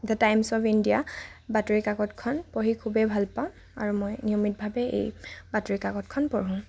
da Times of India বাতৰিকাকতখন পঢ়ি খুবেই ভাল পাওঁ আৰু মই নিয়মিতভাৱে এই বাতৰিকাকতখন পঢ়োঁ